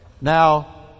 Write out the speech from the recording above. Now